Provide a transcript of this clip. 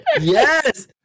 yes